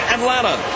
Atlanta